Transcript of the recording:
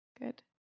Good